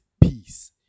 peace